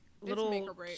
little